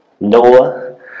Noah